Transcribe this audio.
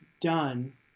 done